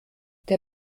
der